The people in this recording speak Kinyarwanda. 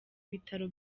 bitaro